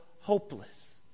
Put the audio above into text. hopeless